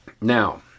Now